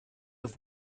have